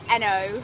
NO